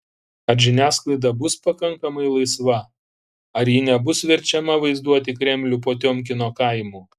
ar žiniasklaida bus pakankamai laisva ar ji nebus verčiama vaizduoti kremlių potiomkino kaimu